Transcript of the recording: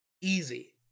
Easy